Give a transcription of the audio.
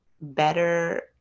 better